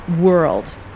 world